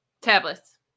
Tablets